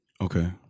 Okay